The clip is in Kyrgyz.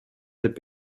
деп